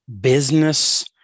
business